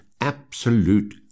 Absolute